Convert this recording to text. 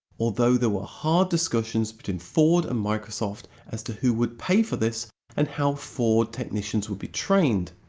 although there were hard discussions between but and ford and microsoft as to who would pay for this and how ford technicians would be trained.